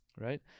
Right